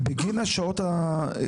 משלמים להם בגין השעות הנוספות?